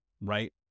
right